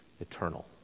eternal